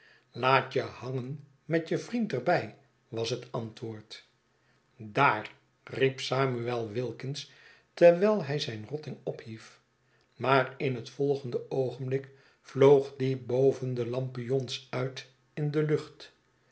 laat je hangen met je vriend er bij was hetantwoord daar riep samuel wilkins terwijl hij zijn rotting ophief maar in het volgende oogenblik vloog die boven de lampions uit in de lucht